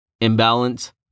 Imbalance